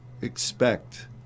expect